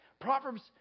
proverbs